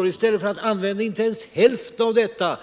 Varför använder ni inte i stället hälften av dem